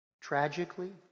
tragically